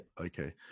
okay